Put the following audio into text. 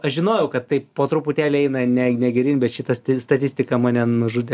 aš žinojau kad taip po truputėlį eina ne ne geryn bet šitas statistika mane nužudė